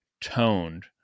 toned